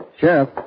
Sheriff